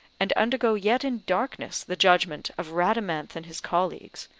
and undergo yet in darkness the judgment of radamanth and his colleagues,